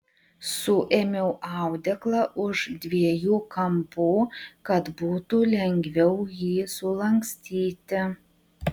suėmiau audeklą už dviejų kampų kad būtų lengviau jį sulankstyti